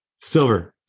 Silver